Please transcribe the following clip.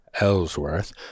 Ellsworth